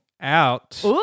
out